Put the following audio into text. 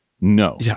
no